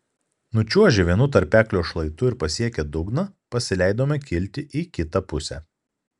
nučiuožę vienu tarpeklio šlaitu ir pasiekę dugną pasileidome kilti į kitą pusę